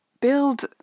build